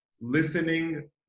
listening